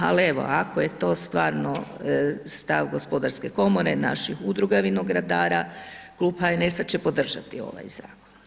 Ali evo, ako je to stvarno stav gospodarske komore, naših udruga vinogradara klub HNS-a će podržati ovaj zakon.